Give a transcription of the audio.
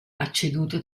acceduto